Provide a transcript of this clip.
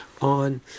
on